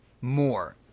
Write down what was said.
more